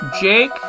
Jake